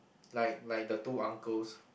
like like the two uncles